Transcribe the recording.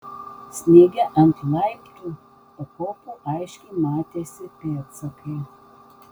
sniege ant laiptų pakopų aiškiai matėsi pėdsakai